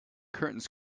curtains